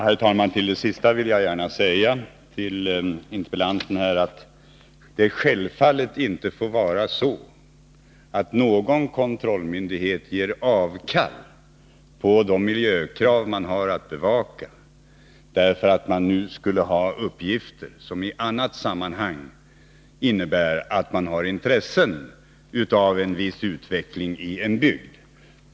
Herr talman! Beträffande det sista vill jag gärna säga till interpellanten att det självfallet inte får vara så att någon kontrollmyndighet ger avkall på de miljökrav som man har att bevaka, därför att man nu skulle ha uppgifter som i annat sammanhang innebär att man har intresse av en viss utveckling i en bygd.